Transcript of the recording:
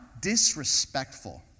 Disrespectful